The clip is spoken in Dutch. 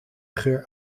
geur